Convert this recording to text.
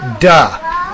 Duh